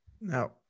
Now